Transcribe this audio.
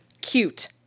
cute